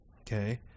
Okay